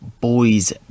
boys